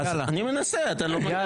אני מנסה, אתה לא נותן לי לדבר.